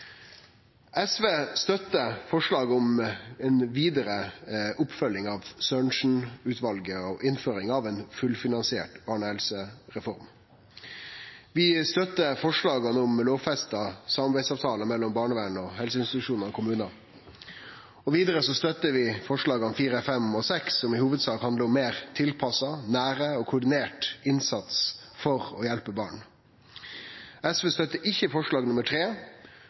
SV støttar forslaget om vidare oppfølging av Sørensen-utvalet og innføring av ei fullfinansiert barnevernshelsereform. Vi støttar forslaget om lovfesta samarbeidsavtalar mellom barnevern, helseinstitusjonar og kommunar. Vidare støttar vi forslaga nr. 4, 5 og 6, som i hovudsak handlar om meir tilpassa, nær og koordinert innsats for å hjelpe barn. SV støttar ikkje forslag